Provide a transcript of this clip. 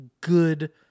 good